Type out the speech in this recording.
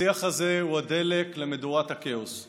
השיח הזה הוא הדלק למדורת הכאוס,